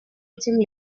этим